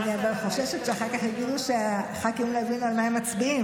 אני חוששת שאחר כך יגידו שהח"כים לא הבינו על מה הם מצביעים.